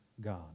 God